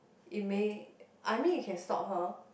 it may I mean you can stalk her